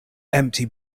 empty